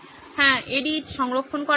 হ্যাঁ সম্পাদনা এবং সংরক্ষণ করো